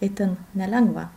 itin nelengva